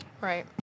Right